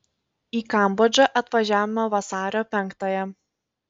į kambodžą atvažiavome vasario penktąją